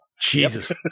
Jesus